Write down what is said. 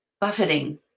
buffeting